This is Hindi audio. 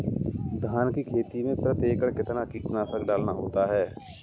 धान की खेती में प्रति एकड़ कितना कीटनाशक डालना होता है?